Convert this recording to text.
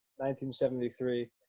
1973